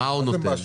מה הוא נותן?